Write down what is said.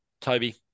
Toby